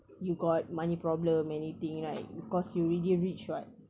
you got momey problem anything right because you already rich [what]